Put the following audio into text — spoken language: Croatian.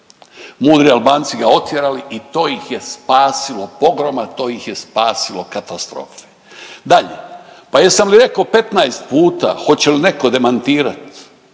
mudri Albanci ga otjerali i to i je spasilo, pogroma to ih je spasilo katastrofe. Dalje, pa jesam li reko 15 puta, hoćel neko demantirat?